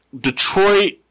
Detroit